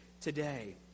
today